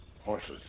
Horses